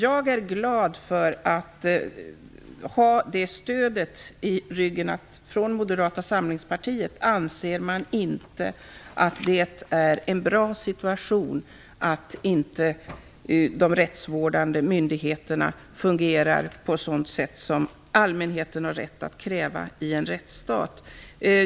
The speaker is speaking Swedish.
Jag är glad över att ha stödet i ryggen att Moderata samlingspartiet inte anser att det är en bra situation att de rättsvårdande myndigheterna inte fungerar på ett sätt som allmänheten har rätt att kräva i en rättsstat.